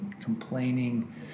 complaining